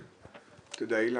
אילן,